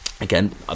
again